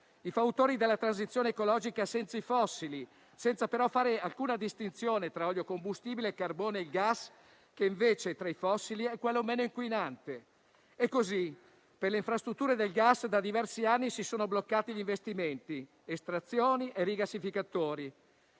I fautori della transizione ecologica senza i fossili non fanno però alcuna distinzione tra olio combustibile, carbone e gas, che invece tra i fossili è quello meno inquinante. E così per le infrastrutture del gas da diversi anni si sono bloccati gli investimenti, estrazioni e rigassificatori.